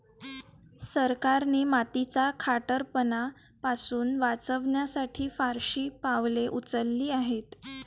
सरकारने मातीचा खारटपणा पासून वाचवण्यासाठी फारशी पावले उचलली आहेत